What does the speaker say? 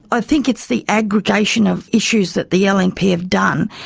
i think it's the aggregation of issues that the yeah lnp have done.